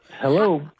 Hello